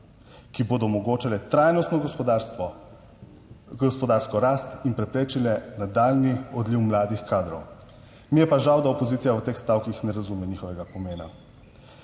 ki bodo omogočale trajnostno gospodarstvo, gospodarsko rast in preprečile nadaljnji odliv mladih kadrov. Mi je pa žal, da opozicija v teh stavkih ne razume njihovega pomena.